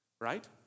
right